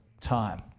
time